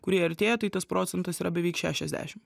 kurie artėja tai tas procentas yra beveik šešiasdešimt